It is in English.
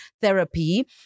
therapy